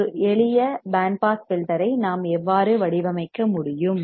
ஒரு எளிய band pass filter ஐ நாம் எவ்வாறு வடிவமைக்க முடியும்